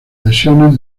lesiones